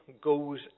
goes